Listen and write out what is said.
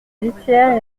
litière